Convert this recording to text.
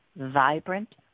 vibrant